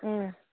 ꯎꯝ